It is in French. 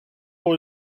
pour